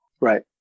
Right